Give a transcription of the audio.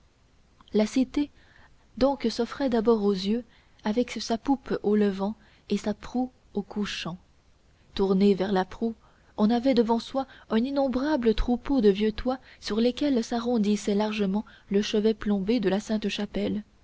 la cité donc s'offrait d'abord aux yeux avec sa poupe au levant et sa proue au couchant tourné vers la proue on avait devant soi un innombrable troupeau de vieux toits sur lesquels s'arrondissait largement le chevet plombé de la sainte-chapelle